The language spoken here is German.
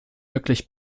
wirklich